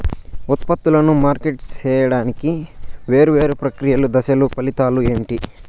ఉత్పత్తులను మార్కెట్ సేయడానికి వేరువేరు ప్రక్రియలు దశలు ఫలితాలు ఏంటి?